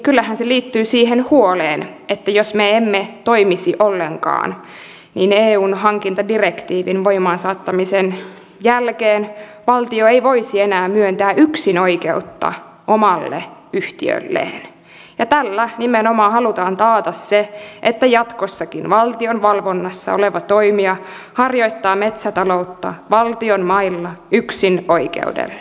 kyllähän se liittyy siihen huoleen että jos me emme toimisi ollenkaan niin eun hankintadirektiivin voimaan saattamisen jälkeen valtio ei voisi enää myöntää yksinoikeutta omalle yhtiölleen ja tällä nimenomaan halutaan taata se että jatkossakin valtion valvonnassa oleva toimija harjoittaa metsätaloutta valtionmailla yksinoikeudella